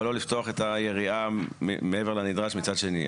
אבל לא לפתוח את היריעה מעבר לנדרש מצד שני,